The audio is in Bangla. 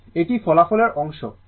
সুতরাং এটি ফলাফলের অংশ VL VC